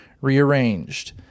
rearranged